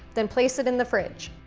then place it in the fridge.